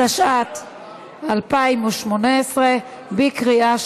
התשע"ח 2018, נתקבלה.